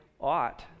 ought